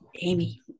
Amy